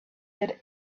that